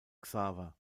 xaver